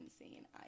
insane